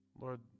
Lord